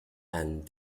and